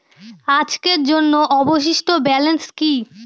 আজকের জন্য অবশিষ্ট ব্যালেন্স কি?